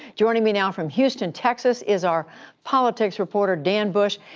joining me now from houston, texas, is our politics reporter, dan bush.